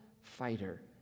fighter